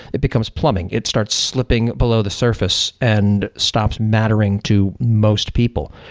it becomes plumbing. it starts slipping below the surface and stops mattering to most people.